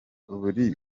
buri